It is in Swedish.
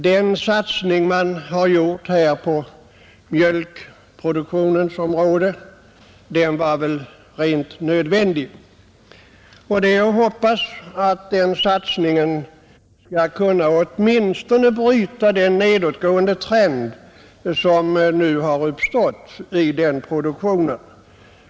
Den satsning man här har gjort på mjölkproduktionens område var väl rent nödvändig, och det är att hoppas att den satsningen åtminstone skall bryta den nedåtgående trend som har uppstått i den produktionen.